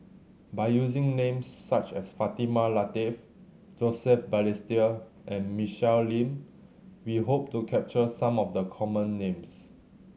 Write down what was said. by using names such as Fatimah Lateef Joseph Balestier and Michelle Lim we hope to capture some of the common names